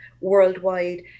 worldwide